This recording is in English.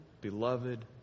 beloved